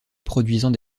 produisant